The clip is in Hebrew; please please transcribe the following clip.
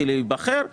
כדי להיבחר,